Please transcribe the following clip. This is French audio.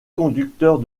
conducteurs